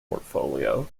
portfolio